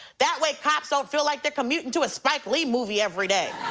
that way cops don't feel like they're commuting to a spike lee movie every day.